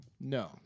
No